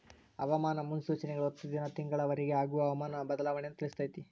ಹವಾಮಾನ ಮುನ್ಸೂಚನೆಗಳು ಹತ್ತು ದಿನಾ ತಿಂಗಳ ವರಿಗೆ ಆಗುವ ಹವಾಮಾನ ಬದಲಾವಣೆಯನ್ನಾ ತಿಳ್ಸಿತೈತಿ